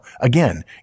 Again